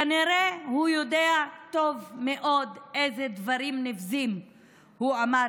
כנראה הוא יודע טוב מאוד איזה דברים נבזיים הוא אמר